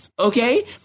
Okay